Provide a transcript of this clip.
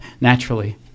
naturally